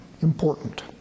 important